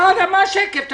למה שקף?